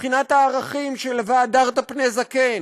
מבחינת הערכים של "והדרת פני זקן",